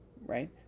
Right